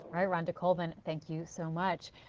rhonda cold and, thank you so much.